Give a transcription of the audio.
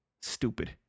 Stupid